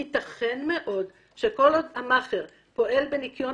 ייתכן מאוד שכל עוד המאכער פועל בניקיון